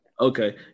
okay